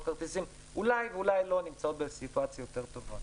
כרטיסים אולי ואולי לא נמצאות בסיטואציה יותר טובה